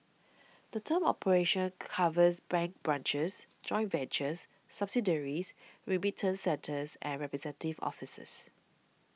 the term operations covers bank branches joint ventures subsidiaries remittance centres and representative offices